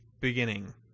beginning